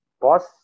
Boss